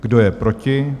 Kdo je proti?